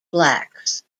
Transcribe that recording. blacks